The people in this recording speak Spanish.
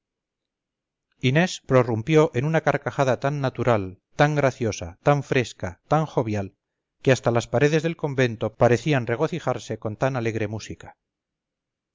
inés prorrumpió en una carcajada tan natural tan graciosa tan fresca tan jovial que hasta las paredes del convento parecían regocijarse con tan alegre música